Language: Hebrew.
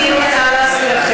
אני הבנתי,